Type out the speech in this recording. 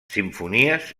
simfonies